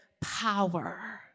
power